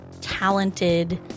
talented